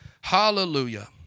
Hallelujah